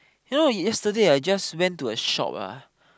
you know yesterday I just went to a shop ah